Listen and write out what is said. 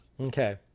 Okay